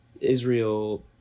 Israel